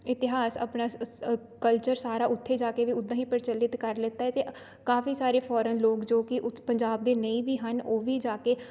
ਇਤਿਹਾਸ ਆਪਣਾ ਸ ਸ ਕਲਚਰ ਸਾਰਾ ਉੱਥੇ ਜਾ ਕੇ ਵੀ ਉੱਦਾਂ ਹੀ ਪ੍ਰਚੱਲਿਤ ਕਰ ਲਿੱਤਾ ਹੈ ਅਤੇ ਕਾਫ਼ੀ ਸਾਰੇ ਫੋਰਨ ਲੋਕ ਜੋ ਕਿ ਉਸ ਪੰਜਾਬ ਦੇ ਨਹੀਂ ਵੀ ਹਨ ਉਹ ਵੀ ਜਾ ਕੇ